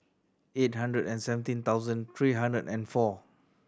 eight hundred and seventeen thousand three hundred and four